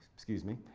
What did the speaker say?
excuse me.